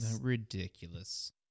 Ridiculous